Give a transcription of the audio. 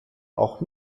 auch